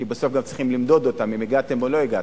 כי בסוף גם צריך למדוד אותם אם הגעתם או לא הגעתם,